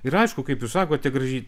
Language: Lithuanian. ir aišku kaip jūs sakote gražiai